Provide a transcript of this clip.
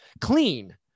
clean